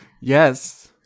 Yes